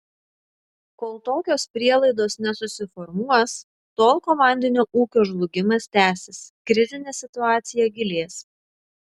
kol tokios prielaidos nesusiformuos tol komandinio ūkio žlugimas tęsis krizinė situacija gilės